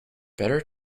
better